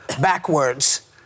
backwards